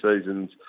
seasons